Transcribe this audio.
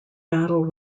battle